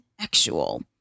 sexual